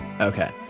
Okay